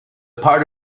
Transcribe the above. part